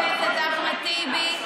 חבר הכנסת אחמד טיבי,